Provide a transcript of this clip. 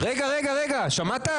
רגע, שמעת?